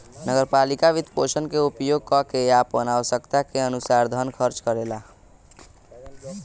नगर पालिका वित्तपोषण के उपयोग क के आपन आवश्यकता के अनुसार धन खर्च करेला